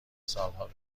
سالها